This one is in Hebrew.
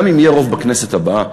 גם אם יהיה רוב בכנסת הבאה,